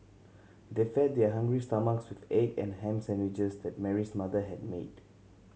they fed their hungry stomachs with egg and ham sandwiches that Mary's mother had made